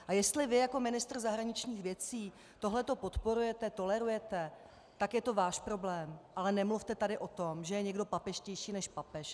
A jestli vy jako ministr zahraničních věcí tohle podporujete, tolerujete, tak je to váš problém, ale nemluvte tady o tom, že je někdo papežštější než papež.